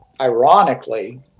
ironically